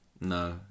No